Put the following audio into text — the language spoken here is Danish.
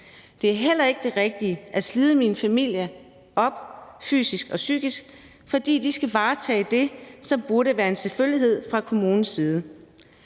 Det er heller ikke det rigtige at slide min familie op fysisk og psykisk, fordi de skal varetage det, som burde være en selvfølgelighed fra kommunens side.